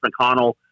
McConnell